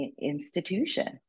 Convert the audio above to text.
institution